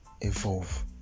evolve